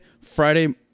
Friday